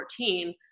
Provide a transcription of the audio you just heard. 2014